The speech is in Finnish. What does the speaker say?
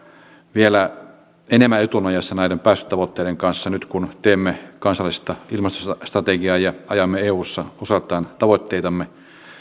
vielä enemmän etunojassa näiden päästötavoitteiden kanssa nyt kun teemme kansallista ilmastostrategiaa ja ajamme eussa osaltaan tavoitteitamme